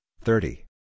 thirty